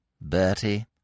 Bertie